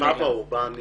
המרחב האורבני